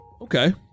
Okay